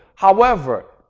however,